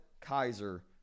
kaiser